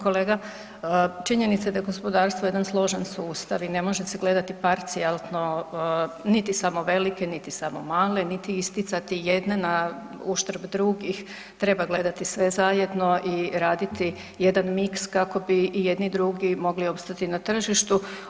Kolega, činjenica je da je gospodarstvo jedan složen sustav i ne može se gledati parcijalno, niti samo velike, niti samo male, niti isticati jedne na uštrb drugih, treba gledati sve zajedno i raditi jedan miks kako bi i jedni i drugi mogli opstati na tržištu.